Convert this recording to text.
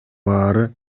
баары